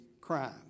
crime